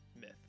myth